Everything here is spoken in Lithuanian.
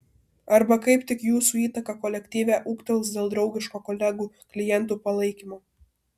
arba kaip tik jūsų įtaka kolektyve ūgtels dėl draugiško kolegų klientų palaikymo